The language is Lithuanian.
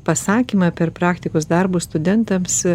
pasakymą per praktikos darbus studentams